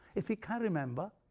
if he can't remember,